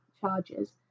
charges